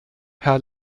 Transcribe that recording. herr